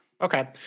Okay